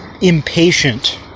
impatient